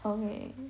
okay